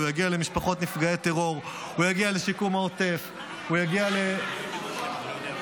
הוא יגיע למשפחות נפגעי הטרור,